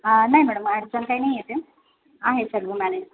नाही मॅडम अडचण काही नाही येत आहे आहे सर्व मॅनेज